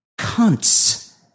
cunts